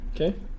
Okay